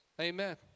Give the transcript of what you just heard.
Amen